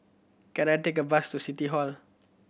can I take a bus to City Hall